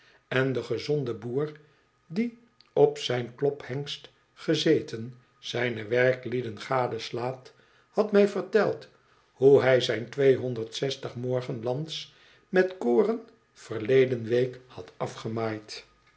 en de gezonde boer die op zijn klophengst gezeten zijne werklieden gadeslaat had mij verteld hoe hij zijn tweehonderd zestig morgen lands met koren verleden week had afgemaaid